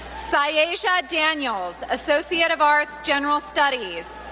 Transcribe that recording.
so yeah ah daniels, associate of arts, general studies.